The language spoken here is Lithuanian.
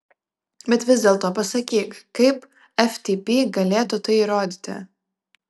bet vis dėlto pasakyk kaip ftb galėtų tai įrodyti